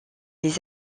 les